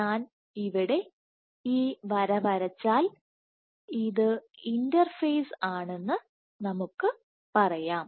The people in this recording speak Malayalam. ഞാൻ ഇവിടെ ഈ വര വരച്ചാൽ ഇത് ഇന്റർഫേസ്Interfaceആണെന്ന് നമുക്ക് പറയാം